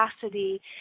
capacity